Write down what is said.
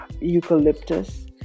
eucalyptus